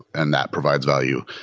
and that provides value.